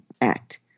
act